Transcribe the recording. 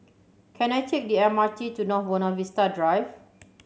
can I take the M R T to North Buona Vista Drive